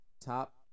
top